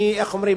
אני, איך אומרים?